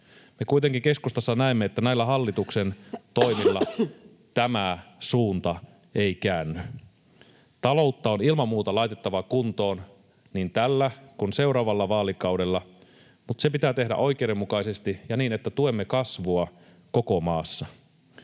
Me kuitenkin keskustassa näemme, että näillä hallituksen toimilla tämä suunta ei käänny. Taloutta on ilman muuta laitettava kuntoon niin tällä kuin seuraavalla vaalikaudella, mutta se pitää tehdä oikeudenmukaisesti ja niin, että tuemme kasvua koko maassa.